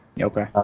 Okay